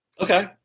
Okay